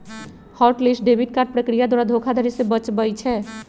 hot list debit card प्रक्रिया द्वारा धोखाधड़ी से बचबइ छै